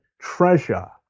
treasure